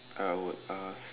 I would ask